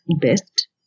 best